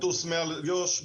לטוס מעל יו"ש,